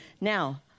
Now